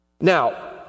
Now